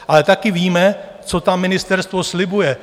Ale taky víme, co tam ministerstvo slibuje.